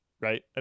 right